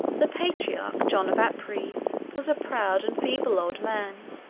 the patriarch john of apri was a proud and feeble old man,